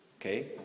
Okay